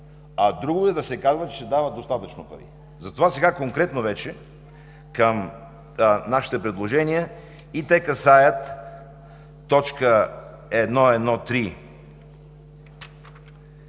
а друго е да се казва, че се дават достатъчно пари. Сега конкретно вече към нашите предложения – те касаят т. 1.1.3,